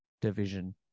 division